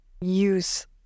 use